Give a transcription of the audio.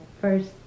first